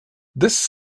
this